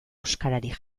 euskararik